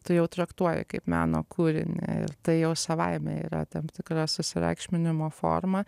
tujau traktuoji kaip meno kūrinį tai jau savaime yra tam tikra susireikšminimo forma